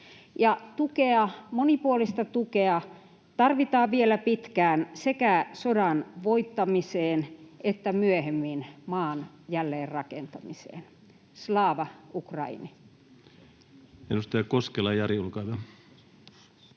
monipuolista tukea, tarvitaan vielä pitkään sekä sodan voittamiseen että myöhemmin maan jälleenrakentamiseen. Slava Ukraini!